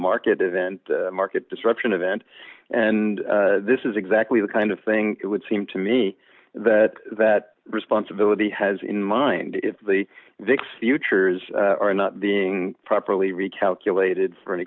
market event market disruption of end and this is exactly the kind of thing it would seem to me that that responsibility has in mind if the vix futures are not being properly recalculated for an